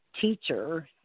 teacher